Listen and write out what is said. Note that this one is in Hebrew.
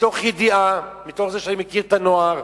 מתוך ידיעה, מתוך זה שאני מכיר את הנוער.